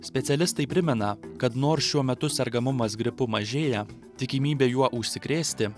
specialistai primena kad nors šiuo metu sergamumas gripu mažėja tikimybė juo užsikrėsti